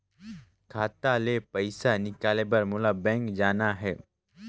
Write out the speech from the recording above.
खाता ले पइसा निकाले बर मोला बैंक जाना हे?